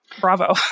Bravo